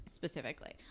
specifically